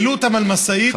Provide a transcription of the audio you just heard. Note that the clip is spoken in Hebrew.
העלו אותם על משאית,